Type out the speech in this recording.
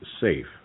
safe